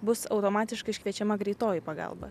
bus automatiškai iškviečiama greitoji pagalba